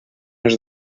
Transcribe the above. els